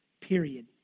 period